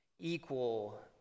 equal